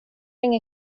ingen